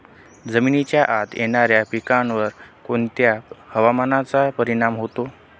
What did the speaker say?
जमिनीच्या आत येणाऱ्या पिकांवर कोणत्या हवामानाचा परिणाम होतो?